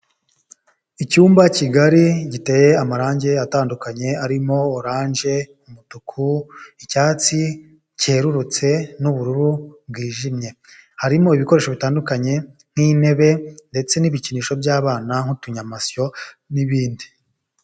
Icyumba kigari giteye amarange atandukanye arimo oranje, umutuku, icyatsi kererutse n'ubururu bwijimye, harimo ibikoresho bitandukanye nk'intebe ndetse n'ibikinisho by'abana nk'utunyamasyo n'ibindi.